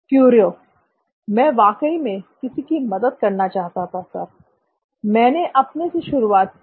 क्युरिओ मैं वाकई में किसी की मदद करना चाहता था सर मैंने अपने से शुरुआत की